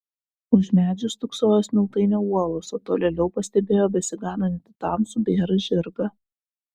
už medžių stūksojo smiltainio uolos o tolėliau pastebėjo besiganantį tamsų bėrą žirgą